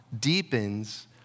deepens